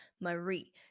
Marie